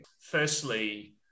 firstly